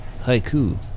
haiku